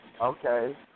okay